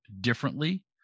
differently